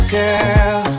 girl